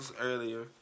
earlier